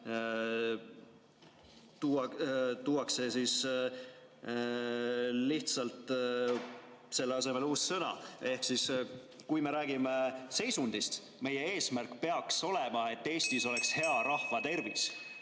tuuakse lihtsalt selle asemel uus sõna. Ehk kui me räägime seisundist, siis meie eesmärk peaks olema, et Eestis oleks hea rahvatervis.